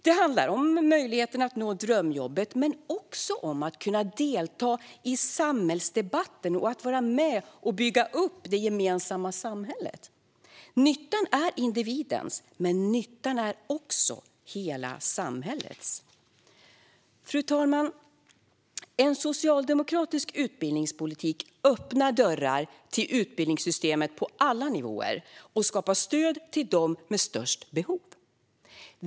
Det handlar om möjligheten att nå drömjobbet, men också om att kunna delta i samhällsdebatten och om att vara med och bygga upp det gemensamma samhället. Nyttan är individens, men nyttan är också hela samhällets. Fru talman! En socialdemokratisk utbildningspolitik öppnar dörrar till utbildningssystemet på alla nivåer och skapar stöd till dem med störst behov.